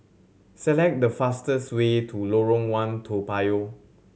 select the fastest way to Lorong One Toa Payoh